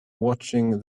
watching